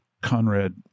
Conrad